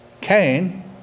Cain